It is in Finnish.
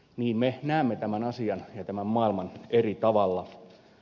niin me näemme tämän asian ja tämän maailman eri tavalla